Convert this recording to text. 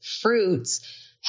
fruits